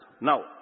Now